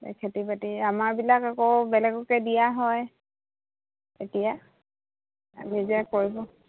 খেতি বাতি আমাৰবিলাক আকৌ বেলেগকে দিয়া হয় এতিয়া নিজে কৰিব